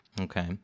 okay